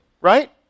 right